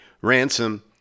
Ransom